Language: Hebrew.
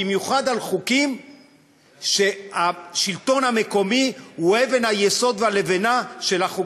במיוחד בחוקים שהשלטון המקומי הוא אבן היסוד והלבנה שלהם,